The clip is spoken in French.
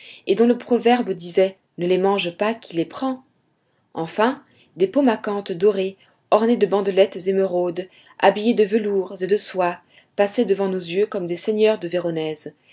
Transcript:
et dont le proverbe disait ne les mange pas qui les prend enfin des pomacanthes dorés ornés de bandelettes émeraude habillés de velours et de soie passaient devant nos yeux comme des seigneurs de véronèse